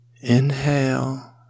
Inhale